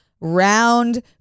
round